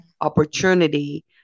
opportunity